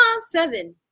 seven